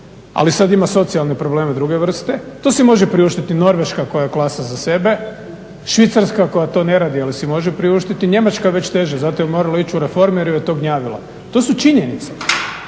ali sad ima socijalne probleme druge vrste. To si može priuštiti Norveška koja je klasa za sebe, Švicarska koja to ne radi jer si može priuštiti, Njemačka već teže zato je morala ići u reforme jer ju je to gnjavilo. To su činjenice.